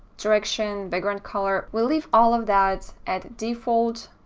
direction, background color we'll leave all of that at default.